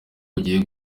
ugiye